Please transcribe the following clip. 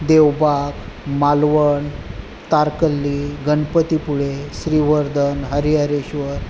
Devbag Malvan Tarkarli Ganpatipule Shrivardhan Harihareshwar